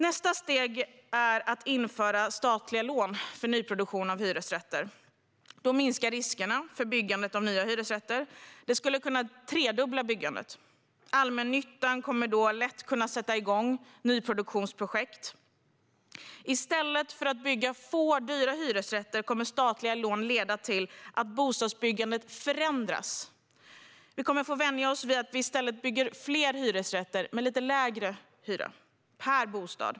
Nästa steg är att införa statliga lån för nyproduktion av hyresrätter. Då minskar riskerna för byggandet av nya hyresrätter. Det skulle kunna tredubbla byggandet. Allmännyttan kan då lätt sätta igång nyproduktionsprojekt. I stället för att bygga få dyra hyresrätter kommer statliga lån att leda till att bostadsbyggandet förändras. Vi får vänja oss vid att det i stället byggs fler hyresrätter med lite lägre hyra per bostad.